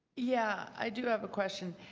yeah, i do have a question.